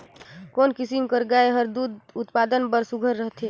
कोन किसम कर गाय हर दूध उत्पादन बर सुघ्घर रथे?